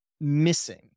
missing